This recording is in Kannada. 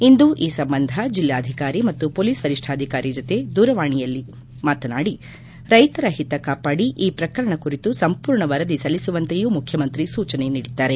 ಇಂದು ಈ ಸಂಬಂಧ ಜಿಲ್ನಾಧಿಕಾರಿ ಮತ್ತು ಮೊಲೀಸ್ ವರಿಷ್ಠಾಧಿಕಾರಿ ಜೊತೆ ದೂರವಾಣಿಯಲ್ಲಿ ಮಾತನಾಡಿ ರೈತರ ಹಿತ ಕಾಪಾಡಿ ಈ ಪ್ರಕರಣ ಕುರಿತು ಸಂಪೂರ್ಣ ವರದಿ ಸಲ್ಲಿಸುವಂತೆಯೂ ಮುಖ್ಯಮಂತ್ರಿ ಸೂಚನೆ ನೀಡಿದ್ದಾರೆ